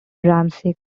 ramsey